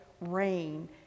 rain